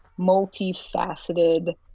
multifaceted